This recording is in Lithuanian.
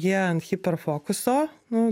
jie ant hiperfokuso nu